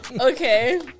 Okay